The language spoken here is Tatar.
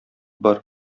бар